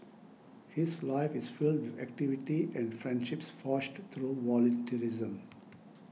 his life is filled with activity and friendships forged through volunteerism